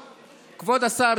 חברת הכנסת גולן,